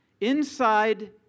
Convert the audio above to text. Inside